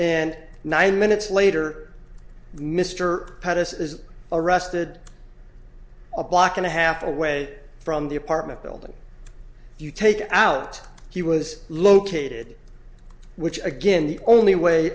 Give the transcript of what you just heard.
and nine minutes later mr pettus is arrested a block and a half away from the apartment building you take out he was located which again the only way